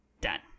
done